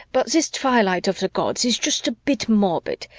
but this twilight of the gods is just a bit morbid.